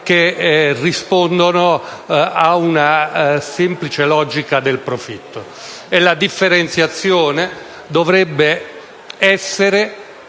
che rispondono ad una semplice logica di profitto. La differenziazione dovrebbe risiedere